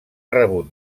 rebut